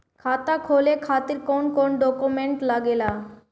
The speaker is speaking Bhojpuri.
खाता खोले खातिर कौन कौन डॉक्यूमेंट लागेला?